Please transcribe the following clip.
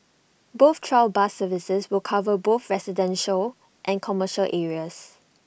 both trial bus services will cover both residential and commercial areas